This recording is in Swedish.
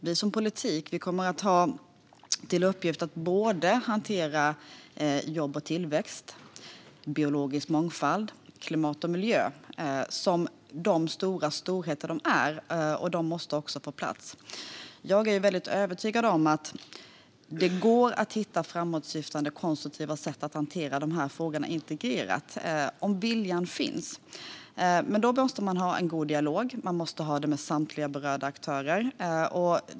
Vi som politiker kommer att ha till uppgift att hantera jobb och tillväxt, biologisk mångfald, klimat och miljö som de storheter de är, och de måste också få ta plats. Jag är helt övertygad om att det går att hitta framåtsyftande och konstruktiva sätt att hantera de här frågorna integrerat om viljan finns. Men då måste man ha en god dialog med samtliga berörda aktörer.